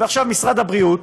ועכשיו משרד הבריאות,